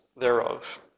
thereof